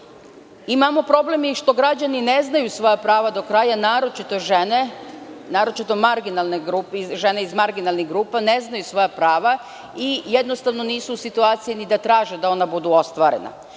Imamo problem i što građani ne znaju svoja prava do kraja, naročito žene, naročitomarginalne grupe i žene iz marginalnih grupa ne znaju svoja prava i jednostavno nisu u situaciji ni da traže da ona budu ostvarena,